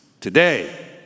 today